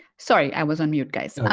sorry i was on mute guys.